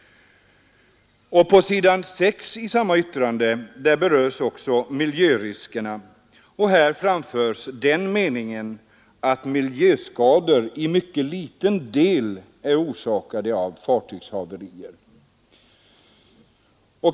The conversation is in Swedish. På s. 6 i samma yttrande berörs miljöriskerna. Här framförs den meningen att miljöskador till mycket liten del är orsakade av fartygshaverier.